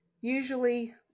Usually